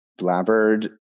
blabbered